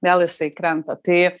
vėl jisai krenta tai